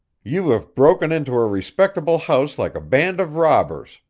you have broken into a respectable house like a band of robbers,